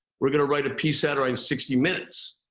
were gonna write a piece satirizing sixty minutes.